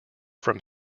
from